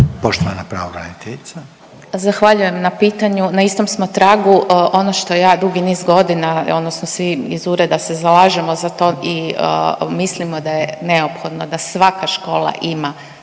**Pirnat Dragičević, Helenca** Zahvaljujem na pitanju. Na istom smo tragu. Ono što ja dugi niz godina odnosno svi iz Ureda se zalažemo za to i mislimo da je neophodno da svaka škola ima